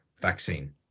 vaccine